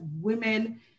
women